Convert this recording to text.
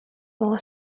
more